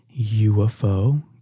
ufo